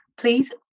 please